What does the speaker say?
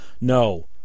No